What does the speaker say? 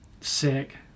Sick